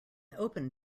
open